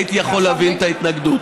הייתי יכול להבין את ההתנגדות.